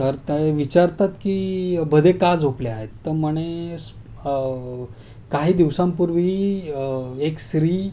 तर ते विचारतात की भदे का झोपले आहेत तर म्हणे स काही दिवसांपूर्वी एक स्त्री